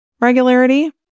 regularity